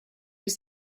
was